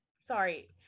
sorry